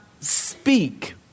speak